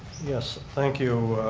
yes, thank you.